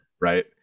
right